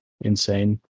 insane